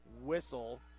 whistle